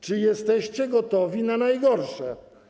Czy jesteście gotowi na najgorsze?